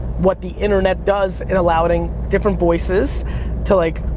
what the internet does in allowing different voices to, like,